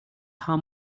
how